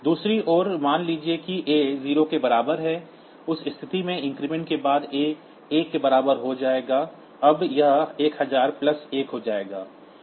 दूसरी ओर मान लीजिए कि a 0 के बराबर है उस स्थिति में इंक्रीमेंट के बाद a 1 के बराबर हो जाएगा अब यह 1000 प्लस 1 हो जाएगा